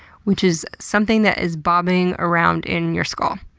which is something that is bobbing around in your skull.